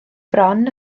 bron